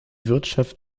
wirtschaft